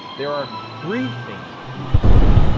there are three things you can manage.